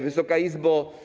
Wysoka Izbo!